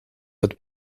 het